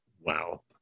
Wow